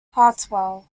hartwell